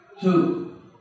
Two